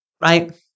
Right